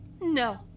No